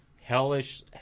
hellish